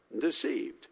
deceived